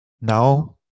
Now